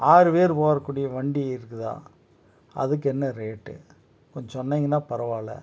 ஆறு பேர் போகக்கூடிய வண்டி இருக்குதா அதுக்கு என்ன ரேட்டு கொஞ்சம் சொன்னீங்கனால் பரவாயில்ல